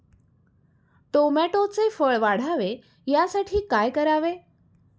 टोमॅटोचे फळ वाढावे यासाठी काय करावे?